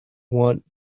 want